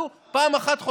פעם אחת הוא